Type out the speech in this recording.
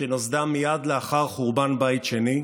שנוסדה מייד לאחר חורבן בית שני,